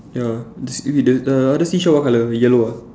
ya the the other seashell what colour yellow ah